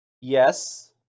Yes